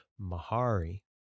mahari